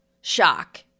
shock